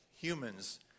humans